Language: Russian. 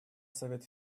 совет